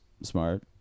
smart